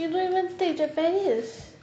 you don't even take japanese